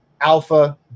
Alpha